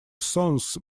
songs